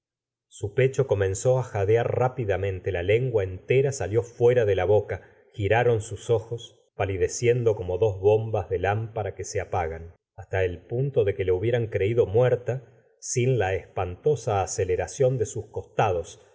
su pecho comenzó á jadear rápidamente la lengua entera salió fuera de la boca giraron sus ojos palideciendo como dos bombas de lámpara que se apagan hasta el punto de que la hubieran creído muerta sin la espantosa aceleración de sus costados